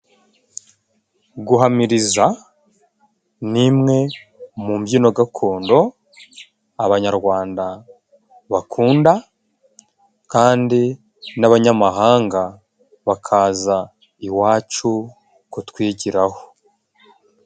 Guhamiriza ni imwe mu mbyino gakondo abanyarwanda bakunda, kandi n'abanyamahanga bakaza iwacu kutwigiraho.